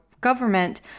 government